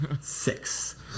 six